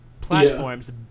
platforms